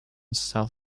south